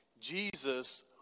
Jesus